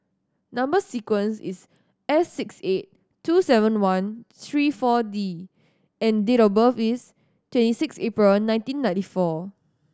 number sequence is S six eight two seven one three Four D and date of birth is twenty six April nineteen ninety four